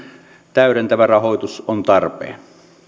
täydentävä rahoitus on tarpeen